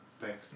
back